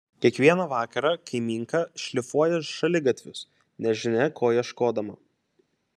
kiekvieną vakarą kaimynka šlifuoja šaligatvius nežinia ko ieškodama